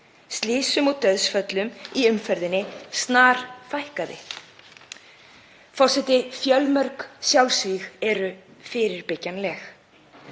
slysum og dauðsföllum í umferðinni snarfækkaði. Forseti. Fjölmörg sjálfsvíg eru fyrirbyggjanleg.